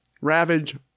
Ravage